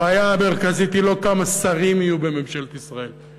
הבעיה המרכזית היא לא כמה שרים יהיו בממשלת ישראל,